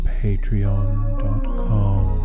patreon.com